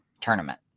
tournament